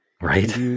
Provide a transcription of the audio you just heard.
Right